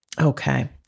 Okay